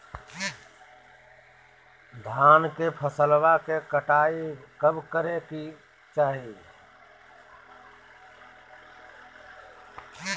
धान के फसलवा के कटाईया कब करे के चाही?